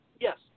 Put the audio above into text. yes